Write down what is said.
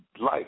life